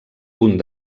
punt